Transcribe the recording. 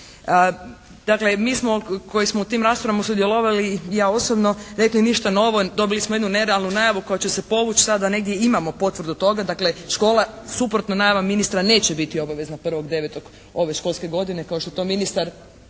Dakle, mi smo koji smo u tim raspravama sudjelovali i ja osobno rekli ništa novo, dobili smo jednu nerealnu najavu koja će se povuć'. Sada negdje imamo potvrdu toga. Dakle, škola suprotno najavama ministra neće biti obavezna 1.9. ove školske godine kao što je to ministar